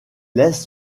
laisse